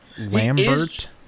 Lambert